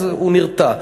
אז הוא נרתע.